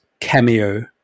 cameo